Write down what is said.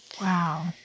Wow